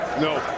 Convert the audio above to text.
No